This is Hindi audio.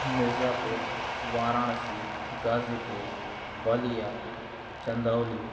मिर्ज़ापुर वाराणसी गाजीपुर बलिया चंदौली